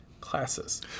classes